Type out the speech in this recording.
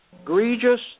egregious